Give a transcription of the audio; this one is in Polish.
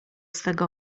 swego